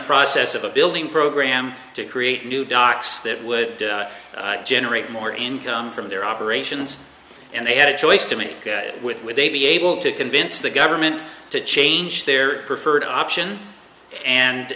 process of a building program to create new docks that would generate more income from their operations and they had a choice to make with would they be able to convince the government to change their preferred